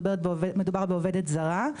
מדובר בעובדת זרה.